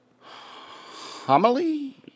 homily